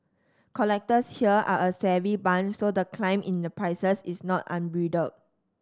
collectors here are a savvy bunch so the climb in the prices is not unbridled